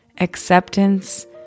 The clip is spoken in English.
Acceptance